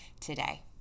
today